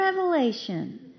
revelation